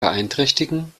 beeinträchtigen